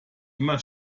immer